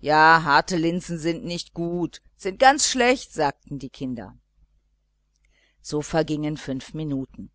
ja harte linsen sind nicht gut sind ganz schlecht sagten die kinder so vergingen fünf minuten